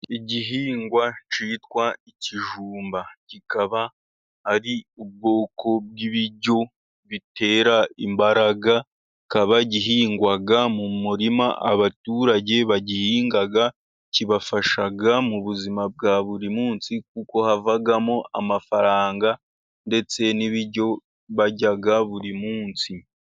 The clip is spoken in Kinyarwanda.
Igihingwa cyitwa ikijumba. Kikaba ari ubwoko bw'ibiryo bitera imbaraga, kikaba gihingwa mu murima abaturage bagihinga kibafasha mu buzima bwa buri munsi, kuko havamo amafaranga ndetse n'ibiryo barya buri munsi.